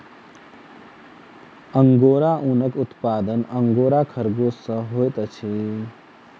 angora ऊनक उत्पादन angora खरगोश सॅ होइत अछि